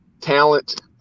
talent